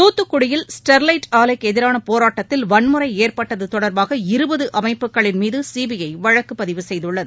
தூத்துக்குடியில் ஸ்டெர்லைட் ஆலைக்கு எதிரான போராட்டத்தில் வன்முறை ஏற்பட்டது தொடர்பாக இருபது அமைப்புகளின் மீது சிபிஐ வழக்கு பதிவு செய்துள்ளது